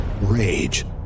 rage